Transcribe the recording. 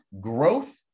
growth